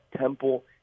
temple